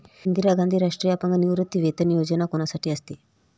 इंदिरा गांधी राष्ट्रीय अपंग निवृत्तीवेतन योजना कोणासाठी असते?